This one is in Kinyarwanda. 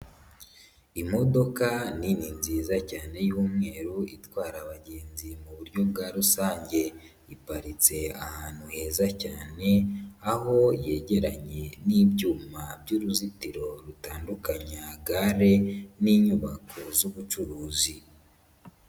Imodoka nini nziza cyane y'umweru itwara abagenzi mu buryo bwa rusange, iparitse ahantu heza cyane aho yegeranye n'ibyuma by'uruzitiro rutandukanya gare n'inyubako z'ubucuruzi.